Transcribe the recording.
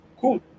Cool